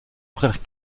frères